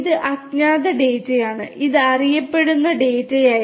ഇത് അജ്ഞാത ഡാറ്റയാണ് ഇത് അറിയപ്പെടുന്ന ഡാറ്റയായിരുന്നു